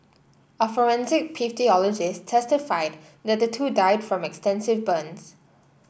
a forensic pathologist testified that the two died from extensive burns